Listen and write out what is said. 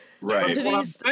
Right